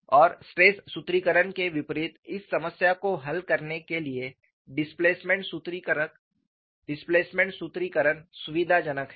और स्ट्रेस सूत्रीकरण के विपरीत इस समस्या को हल करने के लिए डिस्प्लेसमेंट सूत्रीकरण सुविधाजनक है